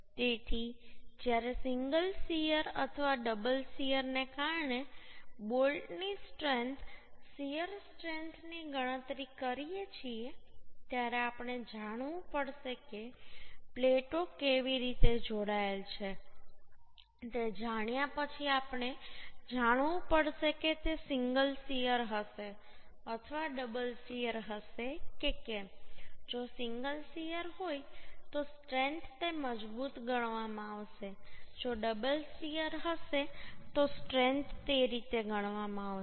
તેથી જ્યારે single shear અથવા ડબલ શીયરને કારણે બોલ્ટની સ્ટ્રેન્થ શીયર સ્ટ્રેન્થની ગણતરી કરીએ છીએ ત્યારે આપણે જાણવું પડશે કે પ્લેટો કેવી રીતે જોડાયેલ છે તે જાણ્યા પછી આપણે જાણવું પડશે કે તે સિંગલ શીયર હશે અથવા ડબલ શીયર હશે કે કેમ જો સિંગલ શીયર હોય તો સ્ટ્રેન્થ તે મુજબ ગણવામાં આવશે જો ડબલ શીયર હશે તો સ્ટ્રેન્થ તે રીતે ગણવામાં આવશે